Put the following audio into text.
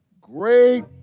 great